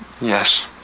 Yes